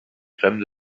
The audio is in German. fremde